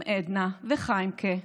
עם עדנה וחיימק'ה,